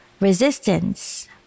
resistance